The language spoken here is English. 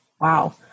Wow